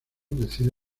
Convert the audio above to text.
decide